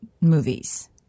movies